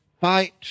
fight